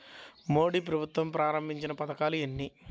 మోదీ ప్రభుత్వం ప్రారంభించిన పథకాలు ఎన్ని?